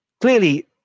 clearly